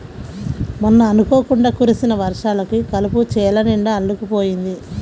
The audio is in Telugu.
మొన్న అనుకోకుండా కురిసిన వర్షాలకు కలుపు చేలనిండా అల్లుకుపోయింది